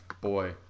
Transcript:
boy